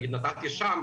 נגיד נתתי שם,